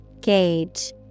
Gauge